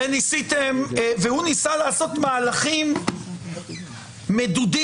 מתן כהנא ניסה לעשות מהלכים מדודים,